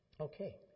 Okay